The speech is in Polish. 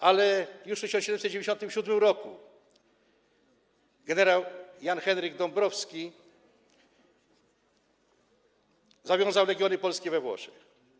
Ale już w 1797 r. gen. Jan Henryk Dąbrowski zawiązał Legiony Polskie we Włoszech.